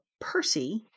Percy